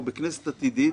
או בכנסת עתידית,